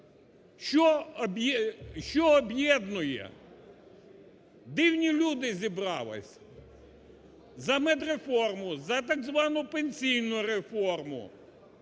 що об'єднує. Дивні люди зібралися за медреформу, за так звану пенсійну реформу,